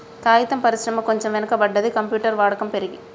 కాగితం పరిశ్రమ కొంచెం వెనక పడ్డది, కంప్యూటర్ వాడకం పెరిగి